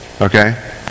Okay